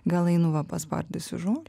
gal einu va paspardysiu žolę